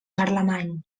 carlemany